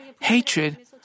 hatred